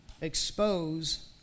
Expose